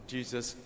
Jesus